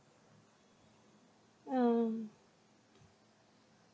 um